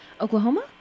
Oklahoma